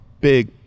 big